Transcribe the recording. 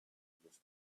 users